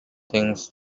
things